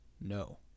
no